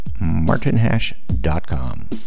martinhash.com